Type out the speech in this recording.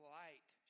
light